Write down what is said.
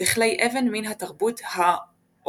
וכלי אבן מן התרבות האולדובאית.